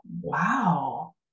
wow